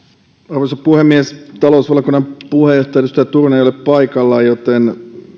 arvoisa puhemies talousvaliokunnan puheenjohtaja edustaja turunen ei ole paikalla joten